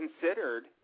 considered